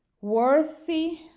worthy